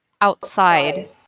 outside